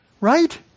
right